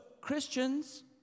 Christians